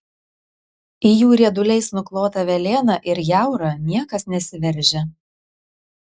į jų rieduliais nuklotą velėną ir jaurą niekas nesiveržia